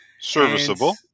Serviceable